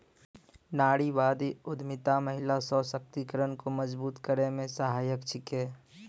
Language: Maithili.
नारीवादी उद्यमिता महिला सशक्तिकरण को मजबूत करै मे सहायक छिकै